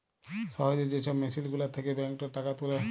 সহজে যে ছব মেসিল গুলার থ্যাকে ব্যাংকটর টাকা তুলে